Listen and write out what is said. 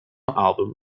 album